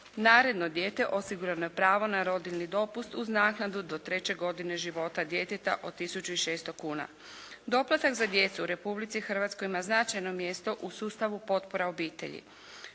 naredno dijete osigurano je pravo na rodiljni dopust uz naknadu do treće godine života djeteta od tisuću i 600 kuna. Doplatak za djecu u Republici Hrvatskoj ima značajno mjesto u sustavu potpora obitelji.